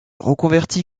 reconvertit